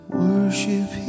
worship